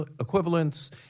equivalents